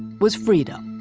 was freedom.